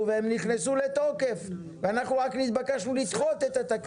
והן נכנסו לתוקף ואנחנו רק התבקשנו לדחות את התקנות.